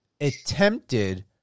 attempted